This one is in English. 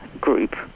group